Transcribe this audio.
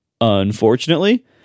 Unfortunately